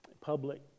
Public